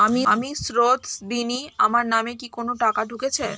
আমি স্রোতস্বিনী, আমার নামে কি কোনো টাকা ঢুকেছে?